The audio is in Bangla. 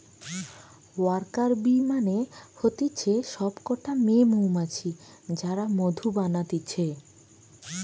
ওয়ার্কার বী মানে হতিছে সব কটা মেয়ে মৌমাছি যারা মধু বানাতিছে